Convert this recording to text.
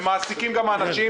הם מעסיקים אנשים,